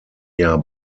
jahr